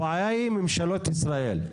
הבעיה היא ממשלות ישראל.